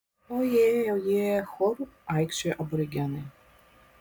oje oje choru aikčiojo aborigenai